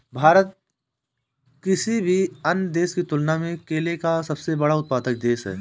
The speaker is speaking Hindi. भारत किसी भी अन्य देश की तुलना में केले का सबसे बड़ा उत्पादक है